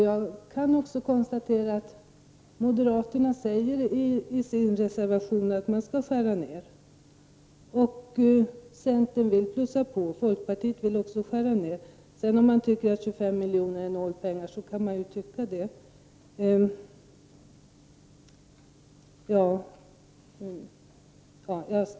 Jag kan också konstatera att moderaterna i sin reservation säger att man skall skära ned och att folkpartiet också vill skära ned, medan centern vill att man skall plussa på. Om man sedan tycker att 25 miljoner är nålpengar, kan man ju tycka det.